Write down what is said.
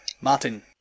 Martin